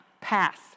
pass